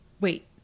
Wait